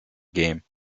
game